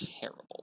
terrible